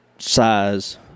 size